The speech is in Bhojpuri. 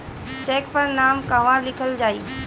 चेक पर नाम कहवा लिखल जाइ?